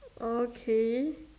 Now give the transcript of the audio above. okay